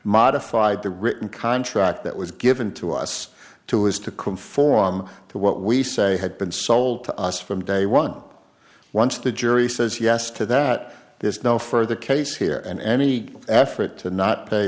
modified a written contract that was given to us too was to conform to what we say had been sold to us from day one once the jury says yes to that there's no further case here and any effort to not